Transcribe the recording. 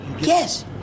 Yes